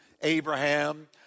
Abraham